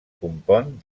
compon